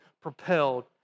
propelled